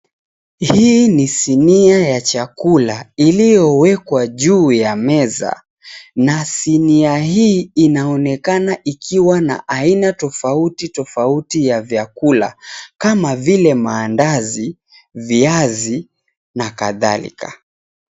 Hii ni sinia ya cahakula iliyowekwa juu ya meza na sinia hii inaonekana ikiwa na aina tofauti tofauti ya vyakula kama vile mandazi, viazi na kadhalika.